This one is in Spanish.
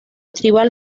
tribal